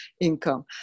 income